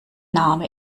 name